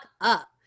up